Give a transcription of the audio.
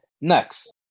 Next